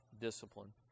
discipline